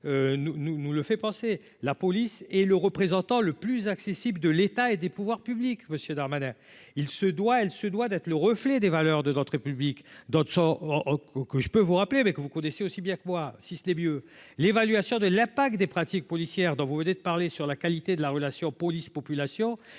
nous le fait penser la police et le représentant le plus accessible de l'État et des pouvoirs publics, monsieur Darmanin il se doit, elle se doit d'être le reflet des valeurs de notre République, d'autres sont en que je peux vous rappeler, mais que vous connaissez aussi bien que moi si c'est mieux l'évaluation de l'impact des pratiques policières dont vous venez de parler sur la qualité de la relation police-population est